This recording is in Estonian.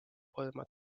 olema